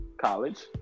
college